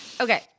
Okay